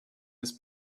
his